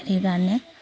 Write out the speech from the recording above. সেইকাৰণে